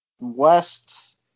West